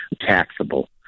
taxable